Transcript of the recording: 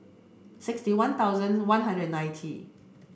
sixty one thousand one hundred and ninety